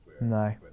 No